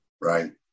right